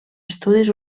estudis